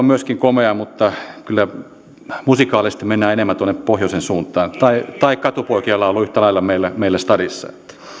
myöskin komea mutta kyllä musikaalisesti mennään enemmän tuonne pohjoisen suuntaan tai tai katupoikien laulu yhtä lailla meillä meillä stadissa